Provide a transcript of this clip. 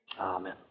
Amen